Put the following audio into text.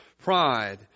Pride